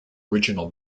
original